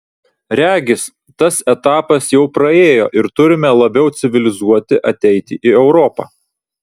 regis tas etapas jau praėjo ir turime labiau civilizuoti ateiti į europą